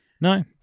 No